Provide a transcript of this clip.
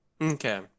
Okay